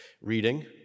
reading